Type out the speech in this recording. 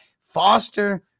Foster